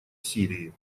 сирии